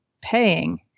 paying